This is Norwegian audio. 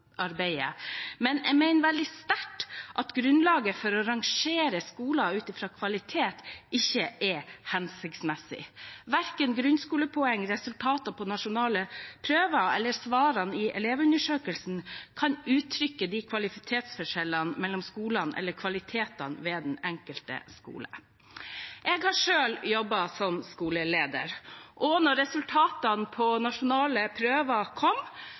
men jeg mener veldig sterkt at grunnlaget for å rangere skoler ut fra kvalitet ikke er hensiktsmessig. Verken grunnskolepoeng, resultater på nasjonale prøver eller svarene i elevundersøkelsene kan uttrykke kvalitetsforskjellen mellom skolene eller kvaliteten ved den enkelte skole. Jeg har selv jobbet som skoleleder, og da resultatene på nasjonale prøver kom,